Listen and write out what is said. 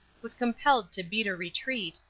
was compelled to beat a retreat,